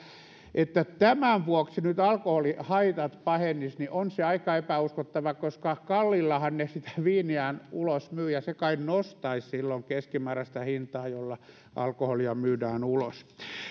että tämän vuoksi nyt alkoholihaitat pahenisivat on aika epäuskottava koska kalliillahan ne sitä viiniään ulos myyvät ja se kai nostaisi silloin keskimääräistä hintaa jolla alkoholia myydään ulos